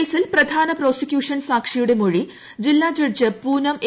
കേസിൽ ഒരു പ്രധാന പ്രോസിക്യൂഷൻ സാക്ഷിയുടെ മൊഴി ജില്ല ജഡ്ജ് പൂനം എ